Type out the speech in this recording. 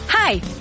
Hi